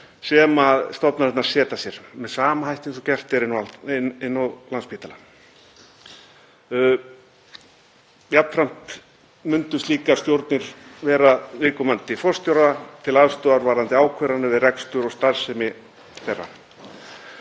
sem stofnanirnar setja sér með sama hætti og gert er á Landspítala. Jafnframt myndu slíkar stjórnir vera viðkomandi forstjóra til aðstoðar varðandi ákvarðanir við rekstur og starfsemi þeirra.